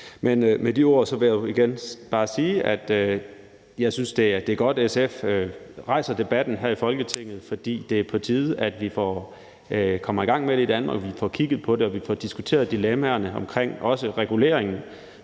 med de ord vil jeg igen bare sige, at jeg synes, det er godt, at SF rejser debatten her i Folketinget, for det er på tide, at vi kommer i gang med det i Danmark, og at vi får kigget på det, og at vi får diskuteret dilemmaerne, også omkring regulering.